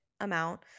amount